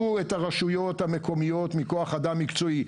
את הרשויות המקומיות מכוח אדם מקצועי,